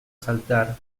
saltar